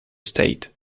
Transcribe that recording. state